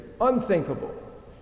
unthinkable